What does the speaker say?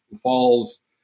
falls